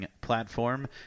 platform